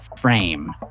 frame